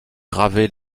gravés